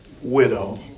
widow